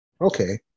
Okay